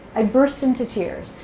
i burst into tears.